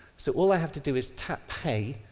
so, all i have to do is tap pay,